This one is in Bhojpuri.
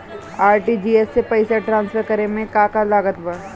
आर.टी.जी.एस से पईसा तराँसफर करे मे का का लागत बा?